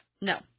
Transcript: No